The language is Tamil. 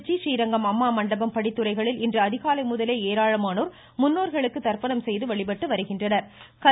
திருச்சி ஸீரங்கம் அம்மா மண்டபம் படித்துறைகளில் இன்று அதிகாலை முதலே ஏராளமானோர் முன்னோர்களுக்கு தர்ப்பணம் செய்து வழிபட்டு வருகின்றனர்